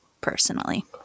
personally